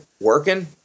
working